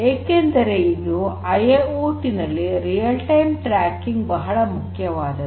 ಏಕೆಂದರೆ ಇದು ಐಐಓಟಿ ನಲ್ಲಿ ನೈಜ ಸಮಯದಲ್ಲಿ ಟ್ರಾಕಿಂಗ್ ಬಹಳ ಮುಖ್ಯವಾದದ್ದು